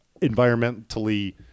environmentally